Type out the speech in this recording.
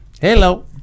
Hello